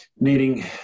needing